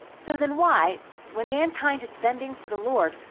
so then why when mankind is spending for the lord,